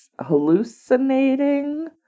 hallucinating